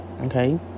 okay